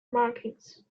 markings